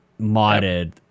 modded